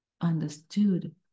understood